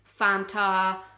fanta